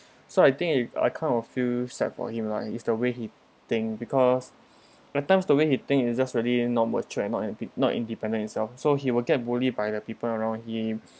so I think it I kind of feel sad for him lah is the way he think because that time the way he think it's just really not mode trend not inde~ not independent itself so he will get bullied by the people around him